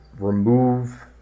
remove